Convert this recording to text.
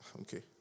Okay